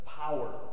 power